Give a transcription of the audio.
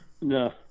No